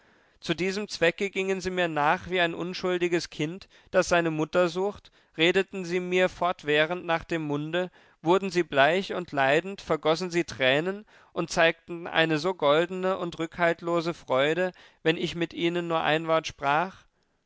zu diesem zwecke gingen sie mir nach wie ein unschuldiges kind das seine mutter sucht redeten sie mir fortwährend nach dem munde wurden sie bleich und leidend vergossen sie tränen und zeigten eine so goldene und rückhaltlose freude wenn ich mit ihnen nur ein wort sprach